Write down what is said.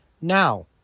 Now